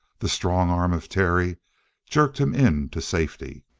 the strong arm of terry jerked him in to safety.